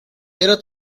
era